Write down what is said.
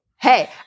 Hey